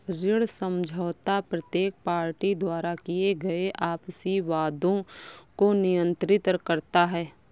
ऋण समझौता प्रत्येक पार्टी द्वारा किए गए आपसी वादों को नियंत्रित करता है